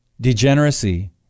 degeneracy